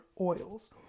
oils